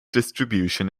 distribution